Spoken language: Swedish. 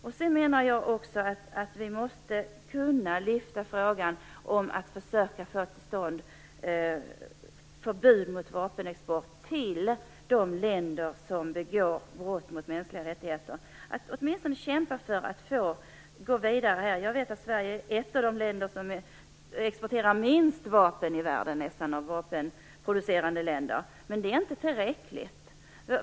Sedan menar jag också att vi måste kunna lyfta fram frågan om att försöka få till stånd förbud mot vapenexport till de länder som begår brott mot mänskliga rättigheter, att åtminstone kämpa för att gå vidare här. Jag vet att Sverige är ett av de länder som exporterar minst vapen i världen av vapenproducerande länder, men det är inte tillräckligt.